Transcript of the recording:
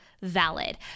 valid